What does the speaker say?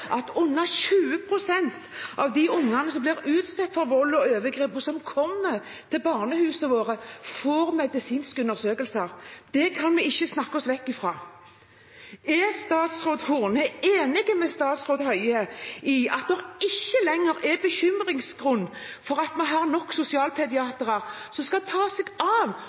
overgrep, og som kommer til barnehusene våre, får medisinsk undersøkelse. Det kan vi ikke snakke oss vekk fra. Er statsråd Horne enig med statsråd Høie i at det ikke lenger er grunn til bekymring for om vi har nok sosialpediatere i sykehusene våre til å ta seg av unger som er utsatt for vold og overgrep? Hva tenker statsråden om at under 20 pst. av